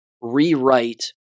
rewrite